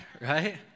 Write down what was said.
right